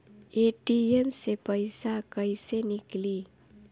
ATM से पइसा कइसे निकली?